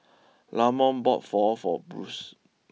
Lamont bought Pho for Bruce